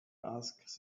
asked